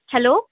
hello